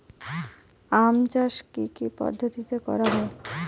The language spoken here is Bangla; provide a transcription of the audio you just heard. আম চাষ কি কি পদ্ধতিতে করা হয়?